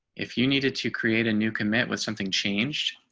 if you needed to create a new commit with something changed,